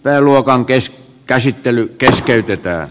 pääluokan käsittely keskeytetään